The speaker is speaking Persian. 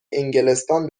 انگلستان